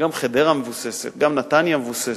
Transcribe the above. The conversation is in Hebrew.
גם חדרה מבוססת, גם נתניה מבוססת.